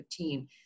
2015